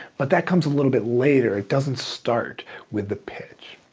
but that comes a little bit later, it doesn't start with the pitch.